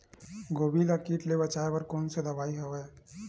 गोभी ल कीट ले बचाय बर कोन सा दवाई हवे?